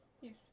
Yes